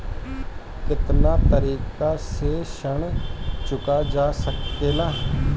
कातना तरीके से ऋण चुका जा सेकला?